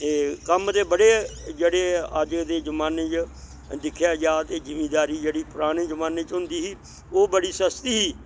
ते कम्म ते बड़े जेह्ड़े अज्ज दे जमाने च दिक्खेआ जा ते जिमिदारी जेह्ड़ी परानें जमानें च होंदी ही ओह् बड़ी सस्ती ही